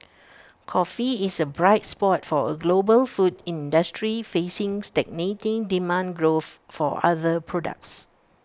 coffee is A bright spot for A global food industry facing stagnating demand growth for other products